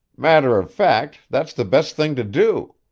matter of fact, that's the best thing to do.